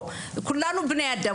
כולנו בני אדם,